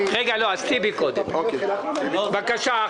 קודם חבר הכנסת טיבי, בבקשה.